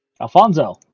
alfonso